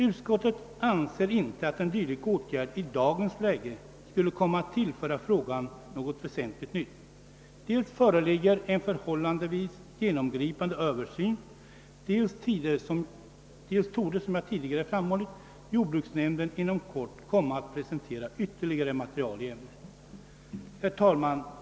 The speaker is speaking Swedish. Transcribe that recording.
Utskottet anser inte att en dylik åtgärd i dagens läge skulle kunna tillföra frågan något väsentligt nytt: dels föreligger en förhållandevis genomgripande översyn, dels torde som jag tidigare framhållit jordbruksnämnden inom kort komma att presentera ytterligare material i ärendet. Herr talman!